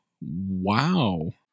Wow